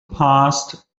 passed